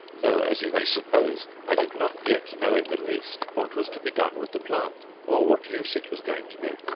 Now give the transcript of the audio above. though, as you may suppose, i did not yet know in the least what was to be done with the plant, or what use it was going to be.